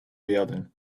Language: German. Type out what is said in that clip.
werden